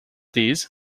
these